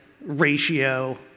ratio